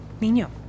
Niño